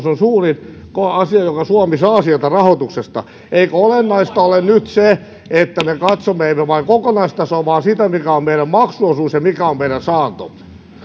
on suurin asia jonka suomi saa sieltä rahoituksesta eikö olennaista ole nyt se että me katsomme emme vain kokonaistasoa vaan sitä mikä on meidän maksuosuus ja mikä on meidän saantomme